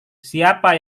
siapa